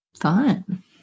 Fun